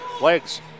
legs